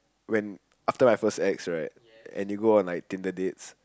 when after I first ex right then they go on like Tinder dates